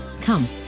Come